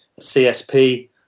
CSP